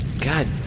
God